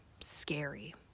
scary